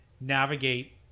navigate